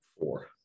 four